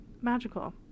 magical